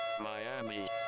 Miami